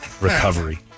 Recovery